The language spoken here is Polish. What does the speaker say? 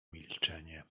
milczenie